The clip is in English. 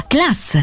Class